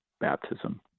baptism